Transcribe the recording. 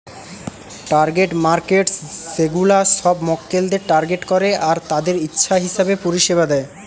target markets সেগুলা সব মক্কেলদের টার্গেট করে আর তাদের ইচ্ছা হিসাবে পরিষেবা দেয়